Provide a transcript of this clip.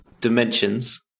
dimensions